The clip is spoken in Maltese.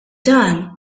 dan